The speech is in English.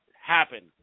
happen